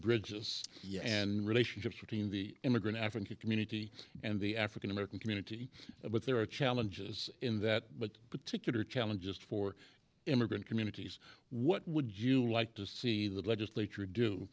bridges and relationships between the immigrant african community and the african american community but there are challenges in that particular challenge just for immigrant communities what would you like to see the legislature do